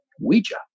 Ouija